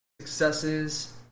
successes